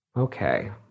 Okay